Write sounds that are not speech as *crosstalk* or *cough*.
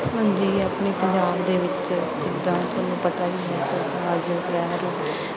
ਹਾਂਜੀ ਆਪਣੇ ਪੰਜਾਬ ਦੇ ਵਿੱਚ ਜਿੱਦਾਂ ਤੁਹਾਨੂੰ ਪਤਾ ਹੀ ਹੈ ਸਭ *unintelligible*